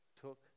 took